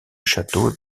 château